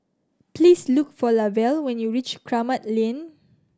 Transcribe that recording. please look for Lavelle when you reach Kramat Lane